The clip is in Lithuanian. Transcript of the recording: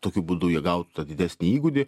tokiu būdu jie gautų tą didesnį įgūdį